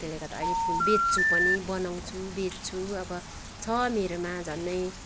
त्यसले गर्दा अहिले फुल बेच्छु पनि बनाउँछु बेच्छु अब छ मेरोमा झन्डै